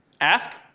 Ask